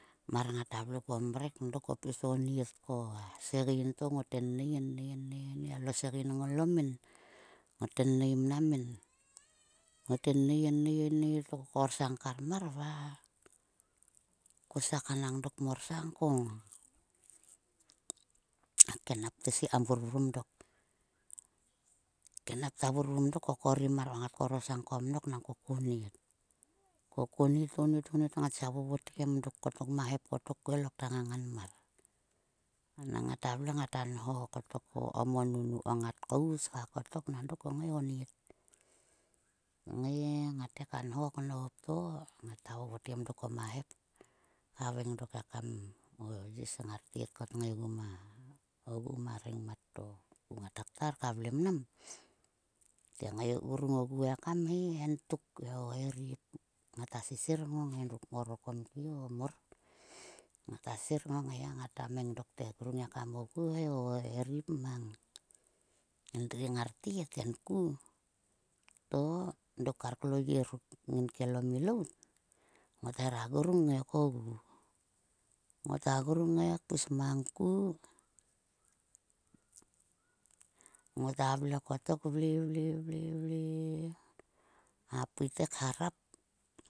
Mar ngata vle kuon mrek, dok. ko pis onnit ko a segein to ngot enne. ennei. ennei, alo segein nglomin. Ngot ennie mnam min. Ngot ennei. ennei. ko korsang karmar va ko siekhanang dok kmorsang ko. A kenap te sei kam vurvrum dek. A kenap ta vurvrum dok, ko korim mar ko ngat korosang ko mnok nang ko konnit. Ko konnit. onnit. onnit, ngat sia vorotgemdok ko ma he kotok ma hep. Kloak ta ngangan mar. Nang ngata vle ngata nho kottok ko ngata vokom o nunuko ngat kous ka kotok nang dok ko ngai onnit. Ngai ngat te ka nho knop to ngata votgem dok oguon ma hep. Haveng dok mo yis ngar tet ko tngaigu ma reng mat to ngota ktar ka vle mnam. Te grung ogu ekan he entuk o erip ngata sisir ngongai endruk mkor o komkie o mor. Ngat sir ngongai he ngata meng dok te grung ekam ogu. O erip mang endri ngar tet enku. To dok kar klo lyie ruk kelo milout. Ngota hera grung ngaikogu. Ngota grung ngai pis mang ku. Ngota vle kotok vle. vle, vle, vle a pui te kharap.